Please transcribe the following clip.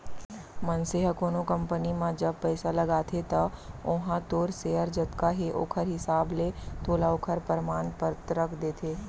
मनसे ह कोनो कंपनी म जब पइसा लगाथे त ओहा तोर सेयर जतका हे ओखर हिसाब ले तोला ओखर परमान पतरक देथे